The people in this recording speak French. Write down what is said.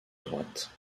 droite